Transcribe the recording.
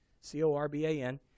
C-O-R-B-A-N